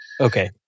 Okay